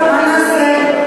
מה נעשה.